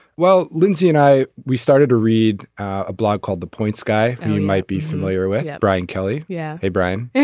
well lindsay and i we started to read a blog called the point sky and we might be familiar with yeah brian kelly yeah. hey brian yeah